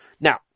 Now